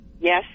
yes